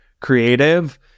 creative